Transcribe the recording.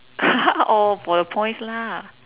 oh for the points lah